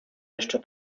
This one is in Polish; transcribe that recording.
jeszcze